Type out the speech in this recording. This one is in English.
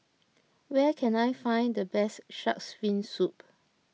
where can I find the best Shark's Fin Soup